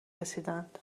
رسیدند